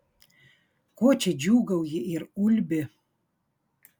ko čia džiūgauji ir ulbi